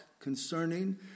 concerning